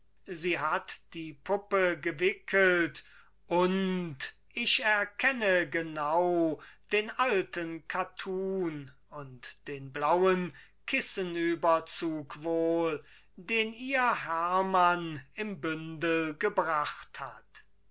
sie hat die puppe gewickelt und ich erkenne genau den alten kattun und den blauen kissenüberzug wohl den ihr hermann im bündel gebracht hat